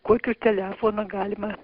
kokiu telefonu galima